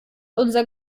unser